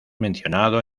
mencionado